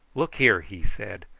look here, he said.